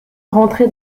rentré